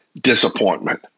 disappointment